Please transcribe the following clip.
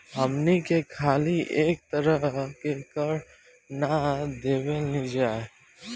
हमनी के खाली एक तरह के कर ना देबेनिजा